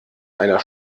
einer